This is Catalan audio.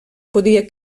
podia